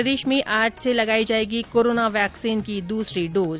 प्रदेश में आज से लगाई जाएगी कोरोना वैक्सीन की दूसरी डोज